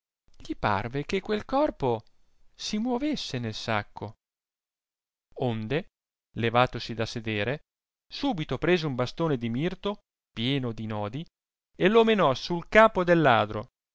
gli parve che quel corpo si movesse nel sacco onde levatosi da sedere subito prese un bastone di mirto pieno di nodi e lo menò sul capo del ladro